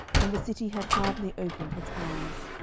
and the city had hardly opened its eyes.